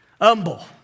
humble